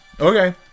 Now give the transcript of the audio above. Okay